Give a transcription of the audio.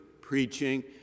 preaching